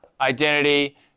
identity